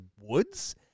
woods